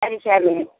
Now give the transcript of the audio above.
சரி சாமி